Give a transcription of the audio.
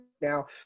now